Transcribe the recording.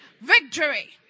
victory